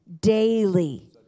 daily